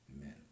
Amen